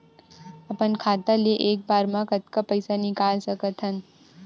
अपन खाता ले एक बार मा कतका पईसा निकाल सकत हन?